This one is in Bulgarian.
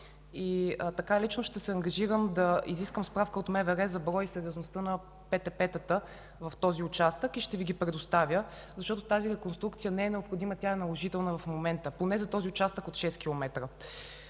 това. Лично ще се ангажирам да изискам справка от МВР за броя и сериозността на ПТП в този участък и ще Ви ги предоставя, защото тази реконструкция не е необходима, тя е наложителна в момента, поне за този участък от 6 км.